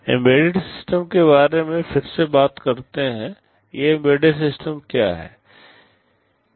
embedded system के बारे में फिर से बात करते हैं ये एम्बेडेड सिस्टम क्या हैं